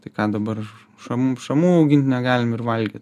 tai ką dabar šamų šamų negalim ir valgyt